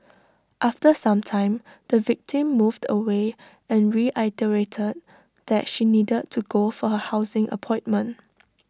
after some time the victim moved away and reiterated that she needed to go for her housing appointment